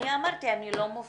אני אמרתי שאני לא מופתעת,